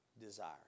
desire